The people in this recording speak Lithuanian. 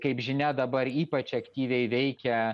kaip žinia dabar ypač aktyviai veikia